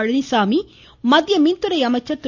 பழனிசாமி மத்திய மின்துறை அமைச்சர் திரு